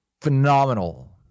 Phenomenal